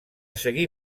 seguir